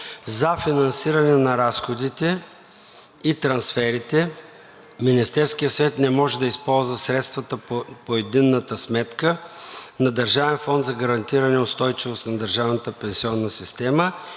За финансиране на разходите и трансферите Министерският съвет не може да използва средствата по единната сметка на Държавен фонд за гарантиране устойчивост на държавната пенсионна система